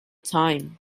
time